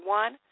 one